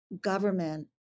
government